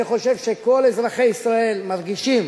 אני חושב שכל אזרחי ישראל מרגישים